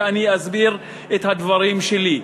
ואני אסביר את הדברים שלי.